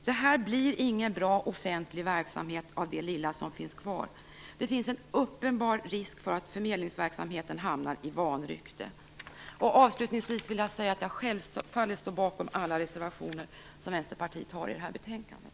Det blir ingen bra offentlig verksamhet av det lilla som finns kvar. Det finns en uppenbar risk för att förmedlingsverksamheten hamnar i vanrykte. Avslutningsvis vill jag säga att jag självfallet står bakom alla reservationer som Vänsterpartiet har i det här betänkandet.